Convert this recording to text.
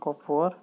Kupwara